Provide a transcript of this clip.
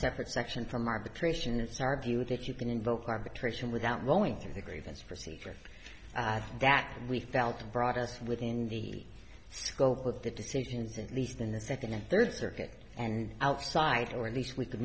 separate section from arbitration it's argued that you can invoke arbitration without going through the grievance procedure that we felt brought us within the scope of the decisions in these in the second and third circuit and outside or at least we could